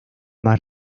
más